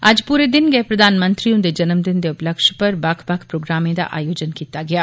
अज्ज पूरे दिन गै प्रधानमंत्री हुंदे जन्मदिन दे उपलक्ष्य उप्पर बक्ख बक्ख प्रोग्रामें दा आयोजन कीता गेआ